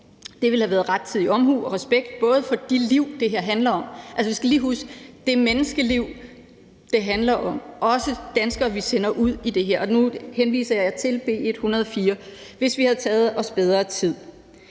Det ville have været rettidig omhu og respekt for de liv, det her handler om. Altså, vi skal lige huske, at det er menneskeliv, det handler om, og det gælder også de danskere, vi sender ud i det her. Nu henviser jeg til B 104. Egentlig ville Alternativet